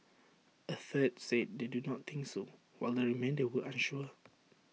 A third said they do not think so while the remainder were unsure